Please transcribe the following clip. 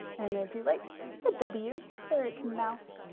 and i'm gonna do like a w for it's mouth.